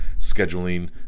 Scheduling